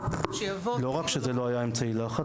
שיבוא --- לא רק שזה לא היה אמצעי לחץ,